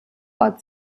ort